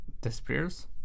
disappears